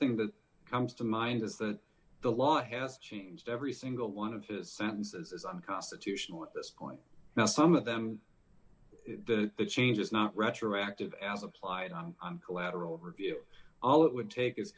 thing that comes to mind is that the law has changed every single one of his sentences is unconstitutional at this point now some of them that the change is not retroactive as applied lateral review all it would take is